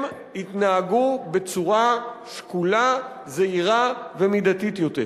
הם יתנהגו בצורה שקולה, זהירה ומידתית יותר.